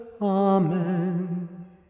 Amen